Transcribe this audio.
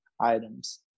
items